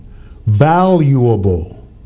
valuable